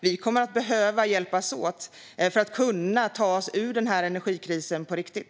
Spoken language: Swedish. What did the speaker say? Vi kommer att behöva hjälpas åt för att kunna ta oss ur energikrisen på riktigt.